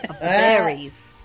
Berries